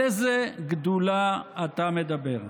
על איזה גדולה אתה מדבר?